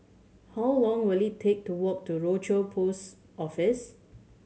how long will it take to walk to Rochor Post Office